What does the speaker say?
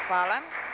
Hvala.